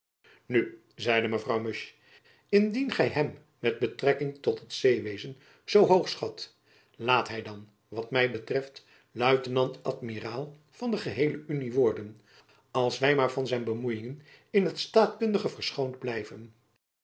nu zeide mevrouw musch indien gy hem met betrekking tot het zeewezen zoo hoogschat laat hy dan wat my betreft luitenant amiraal van de geheele unie worden als wy maar van zijn bemoejingen in't staatkundige verschoond blijven